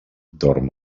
dorm